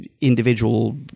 individual